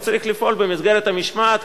הוא צריך לפעול במסגרת המשמעת.